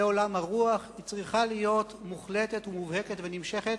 לעולם הרוח, צריכה להיות מוחלטת, מובהקת ונמשכת,